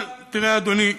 אבל תראה, אדוני,